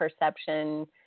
perception